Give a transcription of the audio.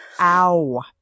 Ow